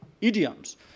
idioms